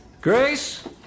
Grace